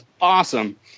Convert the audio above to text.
awesome